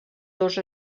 dos